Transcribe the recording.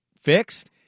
fixed